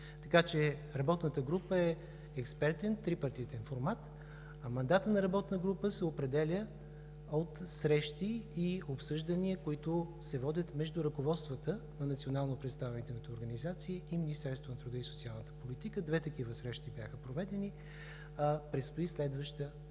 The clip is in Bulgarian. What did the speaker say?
Така че работната група е експертен, трипартитен формат, а мандатът ѝ се определя от срещи и обсъждания, които се водят между ръководствата на национално представителните организации и Министерството на труда и социалната политика. Две такива срещи бяха проведени, предстои следваща